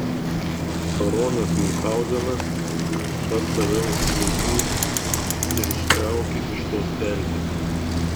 bet kaip baronas miunchauzenas pats save už plaukų ir ištrauki iš tos pelkės